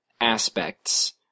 aspects